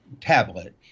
tablet